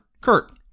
Kurt